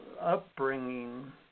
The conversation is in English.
upbringing